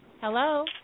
Hello